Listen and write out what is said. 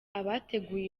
abateguye